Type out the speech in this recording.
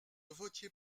votiez